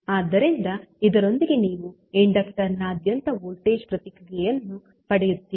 ಆದ್ದರಿಂದ ಇದರೊಂದಿಗೆ ನೀವು ಇಂಡಕ್ಟರ್ ನಾದ್ಯಂತ ವೋಲ್ಟೇಜ್ ಪ್ರತಿಕ್ರಿಯೆಯನ್ನು ಪಡೆಯುತ್ತೀರಿ